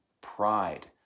pride